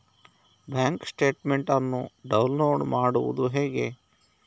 Bank statement ಅನ್ನು download ಮಾಡುವುದು ಹೇಗೆ?